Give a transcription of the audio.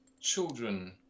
children